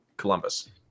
columbus